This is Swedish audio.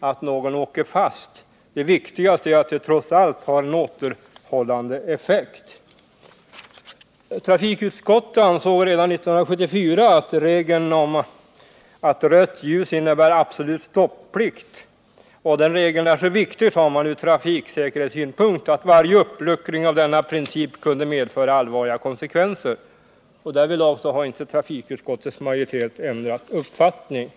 att någon åker fast — det viktigaste är att det trots allt har en återhållande effekt. Trafikutskottet ansåg redan 1974 att regeln om rött ljus innebär absolut stopplikt och att den regeln är så viktig ur trafiksäkerhetssynpunkt att varje uppluckring av denna princip kunde medföra allvarliga konsekvenser. Trafikutskottets majoritet har inte ändrat uppfattning därvidlag.